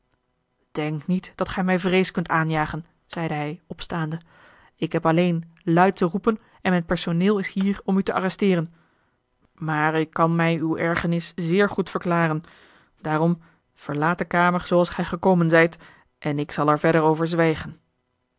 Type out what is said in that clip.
denk niet dat gij mij vrees kunt aanjagen zeide hij opstaande ik heb alleen luid te roepen en mijn personeel is hier om u te arresteeren maar ik kan mij uw ergernis zeer goed verklaren daarom verlaat de kamer zooals gij gekomen zijt en ik zal er verder over zwijgen